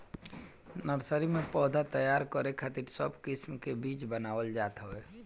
nursery में पौधा तैयार करे खातिर सब किस्म के बीज बनावल जात हवे